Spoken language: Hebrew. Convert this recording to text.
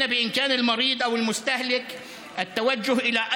החולה או הצרכן יכלו לקבל את התרופה